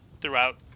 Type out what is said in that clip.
throughout